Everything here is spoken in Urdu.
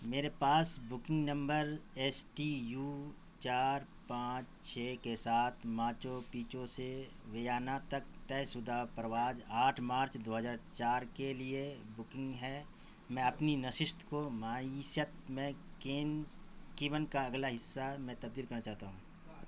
میرے پاس booking number S T U چار پانچ چھ کے ساتھ ماچو پیچو سے ویانا تک طے شدہ پرواز آٹھ مارچ دو ہزار چار کے لیے بکنگ ہے میں اپنی نشست کو معیشت میں کین کیبن کا اگلا حصہ میں تبدیل کرنا چاہتا ہوں